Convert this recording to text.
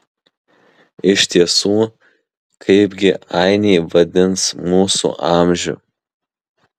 iš tiesų kaipgi ainiai vadins mūsų amžių